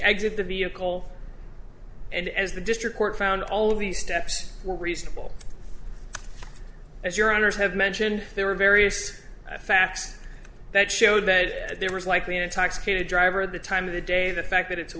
exit the vehicle and as the district court found all of these steps were reasonable as your honour's have mentioned there were various facts that showed bed there was likely an intoxicated driver the time of the day the fact that it's a